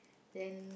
then